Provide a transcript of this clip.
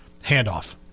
handoff